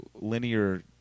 linear